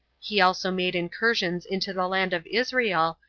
he also made incursions into the land of israel,